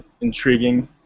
intriguing